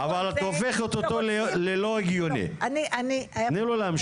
אבל את הופכת אותו ללא הגיוני, תני לו להמשיך.